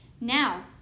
now